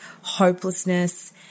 hopelessness